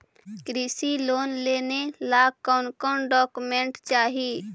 कृषि लोन लेने ला कोन कोन डोकोमेंट चाही?